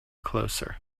closer